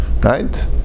right